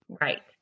right